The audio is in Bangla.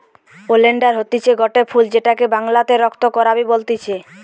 ওলেন্ডার হতিছে গটে ফুল যেটাকে বাংলাতে রক্ত করাবি বলতিছে